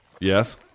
Yes